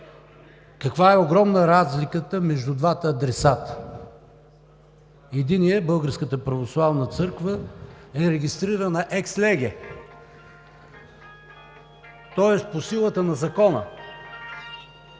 Каква огромна е разликата между двата адресата – единият – Българската православна църква, е регистрирана екс леге, тоест по силата на закона,